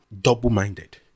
double-minded